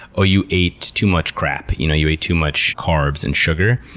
oh you ate too much crap. you know you ate too much carbs and sugar.